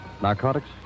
Narcotics